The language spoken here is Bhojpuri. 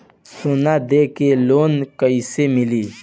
सोना दे के लोन कैसे मिली?